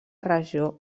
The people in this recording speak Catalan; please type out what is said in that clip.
regió